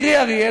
קרי אריאל,